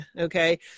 okay